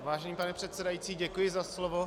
Vážený pane předsedající, děkuji za slovo.